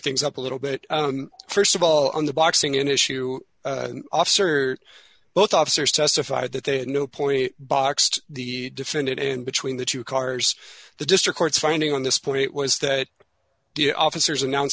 things up a little bit st of all on the boxing in issue officer both officers testified that they had no point boxed the defendant and between the two cars the district court's finding on this point was that the officers announce